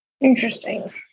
Interesting